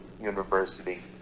University